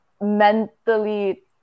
mentally